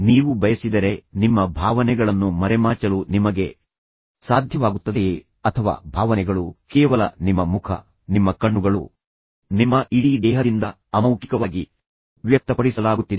ನೀವು ಬಯಸಿದರೆ ನಿಮ್ಮ ಭಾವನೆಗಳನ್ನು ಮರೆಮಾಚಲು ನಿಮಗೆ ಸಾಧ್ಯವಾಗುತ್ತದೆಯೇ ಅಥವಾ ಭಾವನೆಗಳು ಕೇವಲ ನಿಮ್ಮ ಮುಖ ನಿಮ್ಮ ಕಣ್ಣುಗಳು ನಿಮ್ಮ ಇಡೀ ದೇಹದಿಂದ ಅಮೌಖಿಕವಾಗಿ ವ್ಯಕ್ತಪಡಿಸಲಾಗುತ್ತಿದೆ